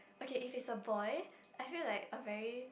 okay if it's a boy I feel like a very